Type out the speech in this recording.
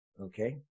Okay